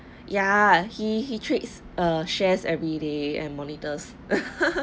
ya he he trades a shares everyday and monitors